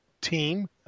team